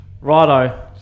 Righto